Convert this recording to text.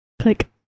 Click